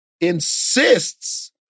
insists